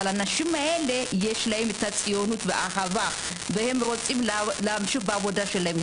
אבל לאנשים האלה יש ציונות ואהבה והם רוצים להמשיך בעבודה שלהם.